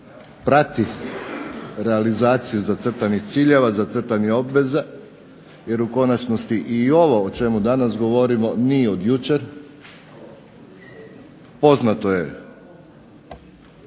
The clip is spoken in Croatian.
prati realizaciju zacrtanih ciljeva, zacrtanih obveza, jer u konačnosti i ovo o čemu danas govorimo nije od jučer. Poznato je,